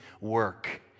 work